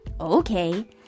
Okay